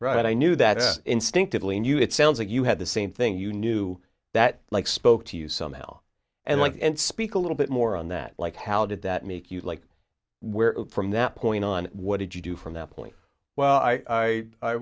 right i knew that instinctively knew it sounds like you had the same thing you knew that like spoke to you somehow and went and speak a little bit more on that like how did that make you like from that point on what did you do from that point well i i